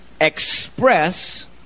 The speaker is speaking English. express